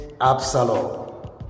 Absalom